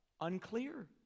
Unclear